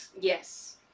Yes